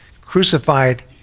crucified